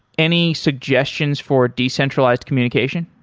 any suggestions for decentralized communication?